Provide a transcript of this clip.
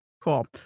cool